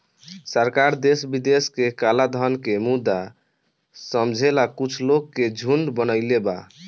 सरकार देश विदेश के कलाधन के मुद्दा समझेला कुछ लोग के झुंड बनईले बा